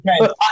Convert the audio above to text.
okay